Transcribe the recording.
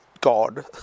God